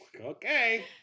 Okay